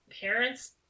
Parents